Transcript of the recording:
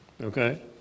Okay